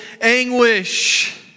anguish